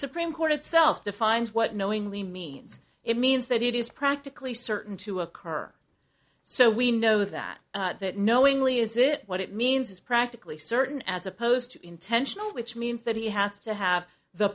supreme court itself defines what knowingly means it means that it is practically certain to occur so we know that that knowingly is it what it means is practically certain as opposed to intentional which means that he has to have the